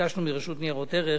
ביקשנו מרשות ניירות ערך